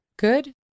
good